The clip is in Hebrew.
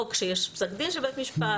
או כשיש פסק דין של בית משפט,